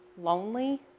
lonely